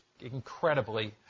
incredibly